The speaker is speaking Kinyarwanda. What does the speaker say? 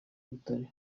butare